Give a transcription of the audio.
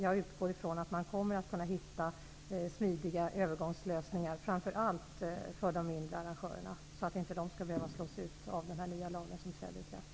Jag utgår från att man kommer att kunna hitta smidiga övergångslösningar, framför allt för de mindre arrangörerna, så att de inte skall behöva slås ut av den nya lag som kommer att träda i kraft.